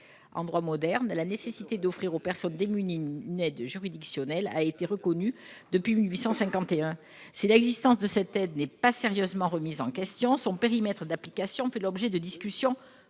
en moderne à la nécessité d'offrir aux personnes démunies, une aide juridictionnelle, a été reconnu depuis 1851 si l'existence de cette aide n'est pas sérieusement remise en question son périmètre d'application peu l'objet de discussions